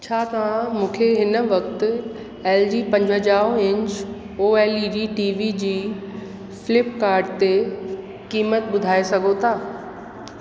छा तव्हां मूंखे हिन वक़्तु एलजी पंजवंजाहु ईंच O L E D TV जी फ्लिपकाट ते क़ीमत बुधाए सघो था